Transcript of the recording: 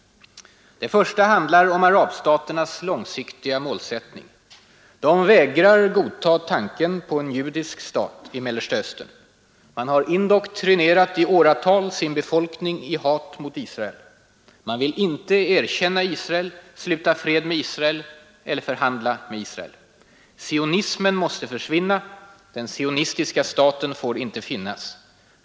Det första handlar om arabstaternas långsiktiga målsättning. De vägrar godta tanken på en judisk stat i Mellersta Östern. Man har i åratal indoktrinerat sin befolkning i hat mot Israel. Man vill inte erkänna Israel, sluta fred med Israel eller förhandla med Israel. Sionismen måste försvinna, den sionistiska staten får inte finnas.